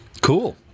Cool